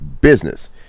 business